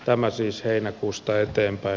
tämä siis heinäkuusta eteenpäin